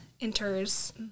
enters